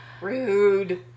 Rude